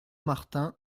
martin